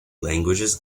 languages